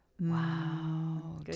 Wow